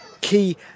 key